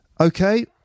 Okay